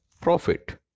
profit